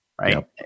right